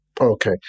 Okay